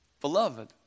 beloved